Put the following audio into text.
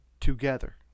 together